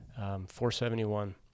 471